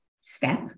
step